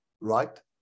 right